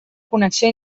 connexió